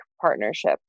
partnership